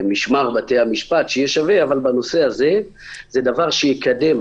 למשמר בתי-המשפט אבל בנושא הזה זה דבר שיקדם.